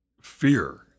fear